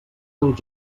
dels